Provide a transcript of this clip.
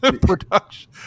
production